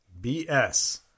BS